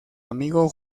amigo